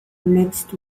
next